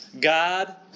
God